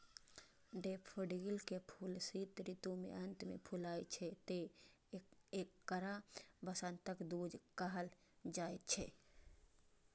daffodil के फूल शीत ऋतु के अंत मे फुलाय छै, तें एकरा वसंतक दूत कहल जाइ छै